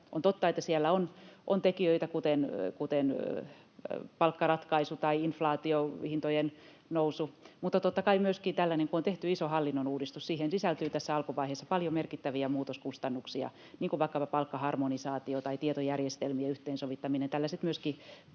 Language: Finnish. On totta, että siellä on tekijöitä, kuten palkkaratkaisu tai inflaatio, hintojen nousu, mutta totta kai myöskin kun on tehty iso hallinnonuudistus, siihen sisältyy tässä alkuvaiheessa paljon merkittäviä muutoskustannuksia, niin kuin vaikkapa palkkaharmonisaatio tai tietojärjestelmien yhteensovittaminen. Tällaiset myöskin